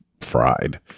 fried